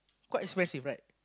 quite expensive right